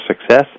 success